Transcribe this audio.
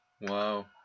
Wow